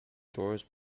doors